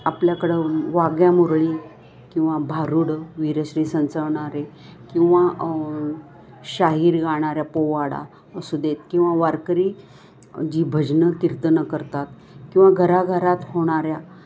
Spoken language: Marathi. आपल्याकडं वाघ्या मुरळी किंवा भारुड वीरश्री संंचवणारे किंवा शाहीर गाणाऱ्या पोवाडा असू देत किंवा वारकरी जी भजनं कीर्तनं करतात किंवा घराघरात होणाऱ्या